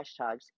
hashtags